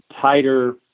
tighter